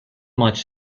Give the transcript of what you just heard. much